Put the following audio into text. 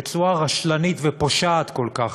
בצורה רשלנית ופושעת כל כך,